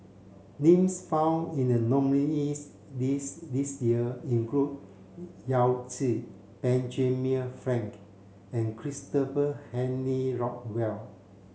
names found in the nominees' list this year include Yao Zi Benjamin Frank and Christopher Henry Rothwell